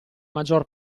maggior